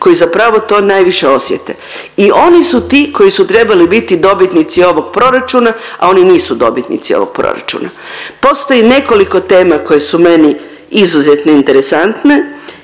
koji zapravo to najviše osjete i oni su ti koji su trebali biti dobitnici ovog proračuna, a oni nisu dobitnici ovog proračuna. Postoji nekoliko tema koje su meni izuzetno interesantne